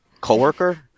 coworker